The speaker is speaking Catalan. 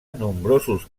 nombrosos